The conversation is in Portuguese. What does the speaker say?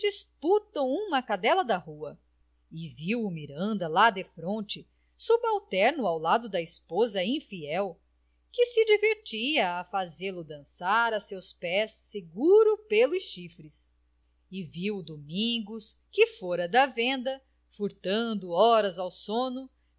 uma cadela da rua e viu o miranda li defronte subalterno ao lado da esposa infiel que se divertia a fazê-lo dançar a seus pés seguro pelos chifres e viu o domingos que fora da venda furtando horas ao sono